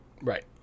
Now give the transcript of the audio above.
Right